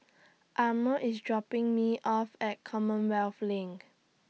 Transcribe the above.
Arno IS dropping Me off At Commonwealth LINK